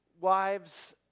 Wives